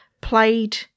played